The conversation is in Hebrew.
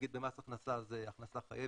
נגיד במס הכנסה הרווח זה הכנסה מחייבת,